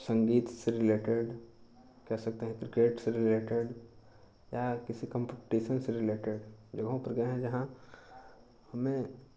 संगीत से रिलेटेड कह सकते हैं क्रिकेट से रिलेटेड क्या किसी कम्पटीशन से रिलेटेड वहाँ पर गए हैं जहाँ हमें